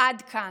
עד כאן.